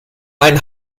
ein